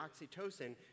oxytocin